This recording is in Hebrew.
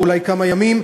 או אולי כמה ימים,